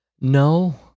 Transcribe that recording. No